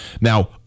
Now